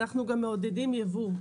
אנחנו גם מעודדים ייבוא,